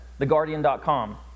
theguardian.com